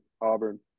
Auburn